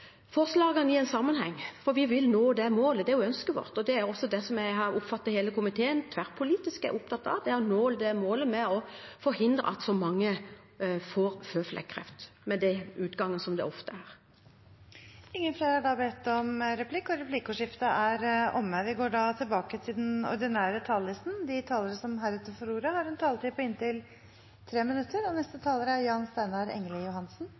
forslagene i sammenheng, for vi vil nå det målet. Det er ønsket vårt. Det jeg også har oppfattet at hele komiteen tverrpolitisk er opptatt av, er å nå målet om å forhindre at så mange får føflekkreft – med den utgangen det ofte har. Replikkordskiftet er omme. De talere som heretter får ordet, har en taletid på inntil 3 minutter. La meg først få si at forslagsstillerne har pekt på en stor utfordring vi